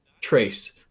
trace